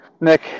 Nick